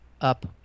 up –